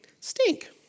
Stink